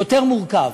יותר מורכב.